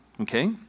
Okay